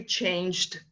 changed